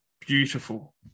Beautiful